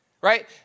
right